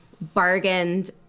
bargained